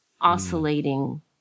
oscillating